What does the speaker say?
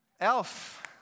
Elf